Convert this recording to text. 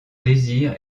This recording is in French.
désir